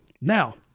Now